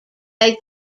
they